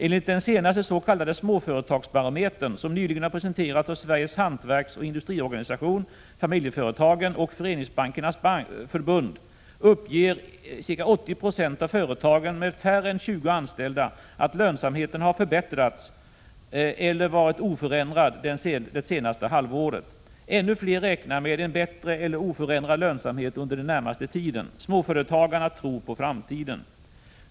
Enligt den senaste s.k. småföretagsbarometern, som nyligen har presenteras av Sveriges Hantverksoch industriorganisation — Familjeföretagen och Föreningsbankernas Förbund, uppger ca 80 90 av företagen med färre än 20 anställda att lönsamheten har förbättrats eller varit oförändrad det senaste halvåret. Ännu fler räknar med en bättre eller oförändrad lönsamhet under den närmaste tiden. Småföretagarna tror på framtiden.